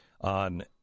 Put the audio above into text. on